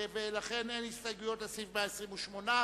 הסתייגות לחלופין לסעיף 125(4)